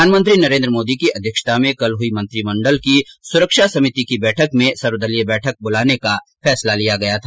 प्रधानमंत्री नरेन्द्र मोदी की अध्यक्षता में कल हुई मंत्रिमंडल की सुरक्षा समिति की बैठक में सर्वदलीय बैठक बुलाने का फैसला लिया गया था